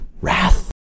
wrath